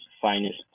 finest